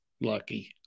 lucky